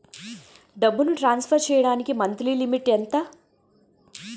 డబ్బును ట్రాన్సఫర్ చేయడానికి monthly limit ఎంత?